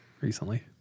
recently